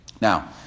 Now